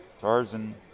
Tarzan